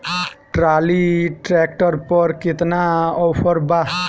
Trolley tractor पर केतना offer बा?